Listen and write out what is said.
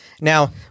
Now